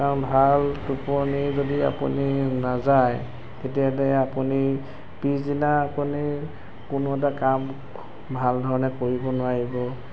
কাৰণ ভাল টোপনি যদি আপুনি নাযায় তেতিয়াতে আপুনি পিছদিনা আপুনি কোনো এটা কাম ভালধৰণে কৰিব নোৱাৰিব